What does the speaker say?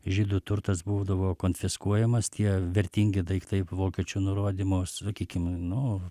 žydų turtas būdavo konfiskuojamas tie vertingi daiktai vokiečių nurodymo sakykim nu